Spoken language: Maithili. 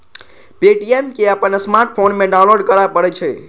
पे.टी.एम कें अपन स्मार्टफोन मे डाउनलोड करय पड़ै छै